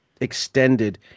extended